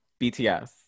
bts